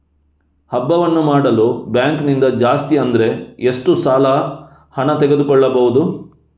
ಹಬ್ಬವನ್ನು ಮಾಡಲು ಬ್ಯಾಂಕ್ ನಿಂದ ಜಾಸ್ತಿ ಅಂದ್ರೆ ಎಷ್ಟು ಸಾಲ ಹಣ ತೆಗೆದುಕೊಳ್ಳಬಹುದು?